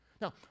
Now